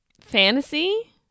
fantasy